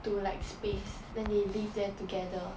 to like space when they leave there together